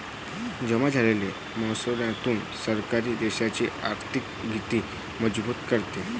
जमा झालेल्या महसुलातून सरकार देशाची आर्थिक गती मजबूत करते